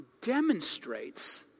demonstrates